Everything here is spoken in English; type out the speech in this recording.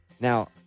Now